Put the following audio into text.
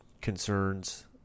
concerns